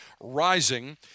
rising